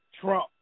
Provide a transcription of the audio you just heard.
Trump